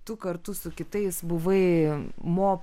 tu kartu su kitais buvai mo